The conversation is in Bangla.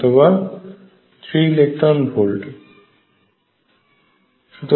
অর্থাৎ প্রায় 3 ইলেকট্রন ভোল্ট বলা যায়